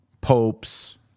Pope's